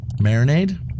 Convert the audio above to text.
marinade